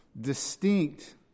distinct